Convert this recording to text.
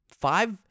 Five